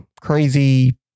crazy